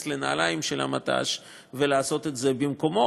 לנעליים של המט"ש ולעשות את זה במקומו.